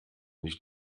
nicht